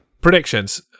Predictions